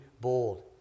bold